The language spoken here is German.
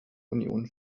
union